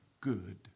good